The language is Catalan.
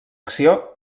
acció